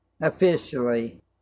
officially